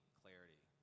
clarity